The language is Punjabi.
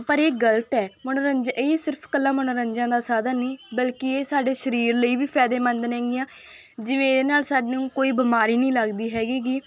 ਪਰ ਇਹ ਗਲਤ ਹੈ ਮਨੋਰੰਜਨ ਇਹ ਸਿਰਫ ਇਕੱਲਾ ਮਨੋਰੰਜਨ ਦਾ ਸਾਧਨ ਨਹੀਂ ਬਲਕੀ ਇਹ ਸਾਡੇ ਸਰੀਰ ਲਈ ਵੀ ਫਾਇਦੇਮੰਦ ਨੇਗੀਆਂ ਜਿਵੇਂ ਇਹਦੇ ਨਾਲ ਸਾਨੂੰ ਕੋਈ ਬਿਮਾਰੀ ਨਹੀਂ ਲੱਗਦੀ ਹੈਗੀਗੀ